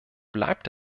bleibt